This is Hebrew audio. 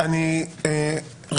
כך יאה וכך נאה.